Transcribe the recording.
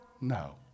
No